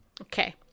Okay